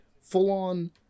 Full-on